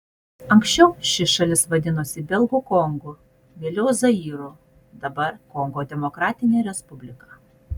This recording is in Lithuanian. anksčiau ši šalis vadinosi belgų kongu vėliau zairu dabar kongo demokratinė respublika